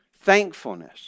Thankfulness